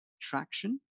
traction